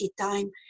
time